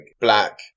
black